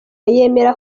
yemera